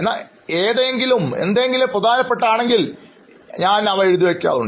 എന്നാൽ എന്തെങ്കിലും പ്രധാനപ്പെട്ടതാണെങ്കിൽ ഞാൻ അവ എഴുതിവെക്കാറുണ്ട്